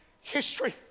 History